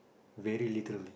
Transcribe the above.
very little